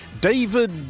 David